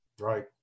Right